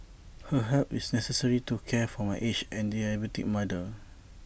her help is necessary to care for my aged and diabetic mother